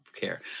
care